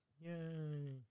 Yay